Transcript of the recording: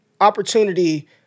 opportunity